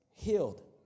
healed